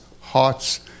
hearts